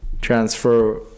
transfer